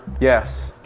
yes,